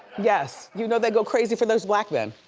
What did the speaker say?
yes. you know they go crazy for those black men.